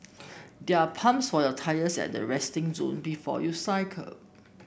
there are pumps for your tyres at the resting zone before you cycle